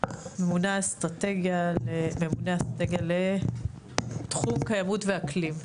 ממונה אסטרטגיה לתחום קיימות ואקלים.